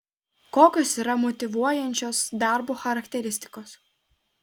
kokios yra motyvuojančios darbo charakteristikos